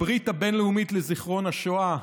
הברית הבין-לאומית לזיכרון השואה,